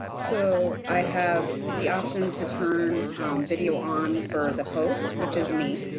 so, i have the option to turn video on for the host, which is me,